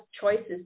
choices